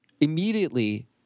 immediately